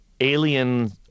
alien